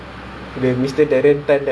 uh